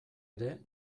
ere